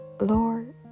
Lord